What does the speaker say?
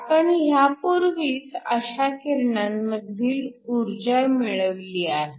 आपण ह्यापूर्वीच अशा किरणांमधील ऊर्जा मिळवली आहे